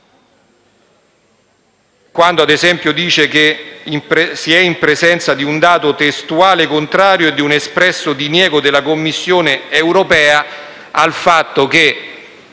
Ad esempio, si dice che si è in presenza di un dato testuale contrario e di un espresso diniego della Commissione europea al fatto che